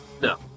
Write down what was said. No